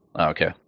okay